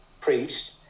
priest